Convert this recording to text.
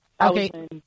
Okay